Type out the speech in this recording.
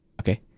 Okay